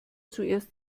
zuerst